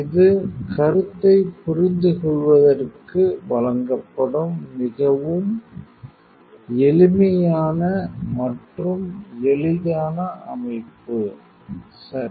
இது கருத்தைப் புரிந்துகொள்வதற்கு வழங்கப்படும் மிகவும் எளிமையான மற்றும் எளிதான அமைப்பு சரி